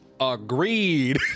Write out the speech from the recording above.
Agreed